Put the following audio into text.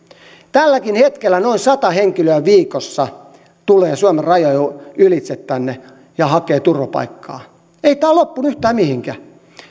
tälläkin hetkellä noin sata henkilöä viikossa tulee suomen rajojen ylitse tänne ja hakee turvapaikkaa ei tämä loppunut yhtään mihinkään